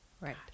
Right